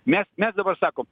mes mes dabar sakom